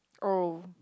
oh